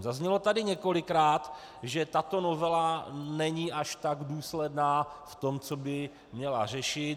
Zaznělo tady několikrát, že tato novela není až tak důsledná v tom, co by měla řešit.